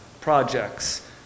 projects